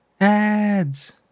ads